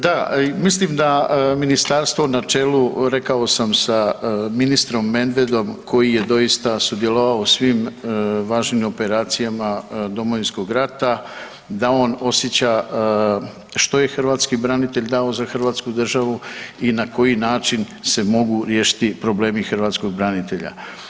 Da, mislim da ministarstvo na čelu sa ministrom Medvedom koji je doista sudjelovao u svim važnim operacijama Domovinskog rata, da on osjeća što je hrvatski branitelj dao za hrvatsku državu i na koji način se mogu riješiti problemi hrvatskog branitelja.